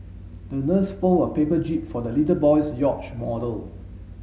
the nurse fold a paper jib for the little boy's yacht model